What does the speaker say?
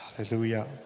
hallelujah